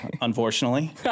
unfortunately